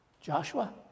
Joshua